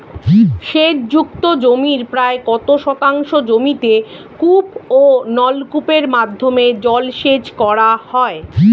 সেচ যুক্ত জমির প্রায় কত শতাংশ জমিতে কূপ ও নলকূপের মাধ্যমে জলসেচ করা হয়?